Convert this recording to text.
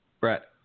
Brett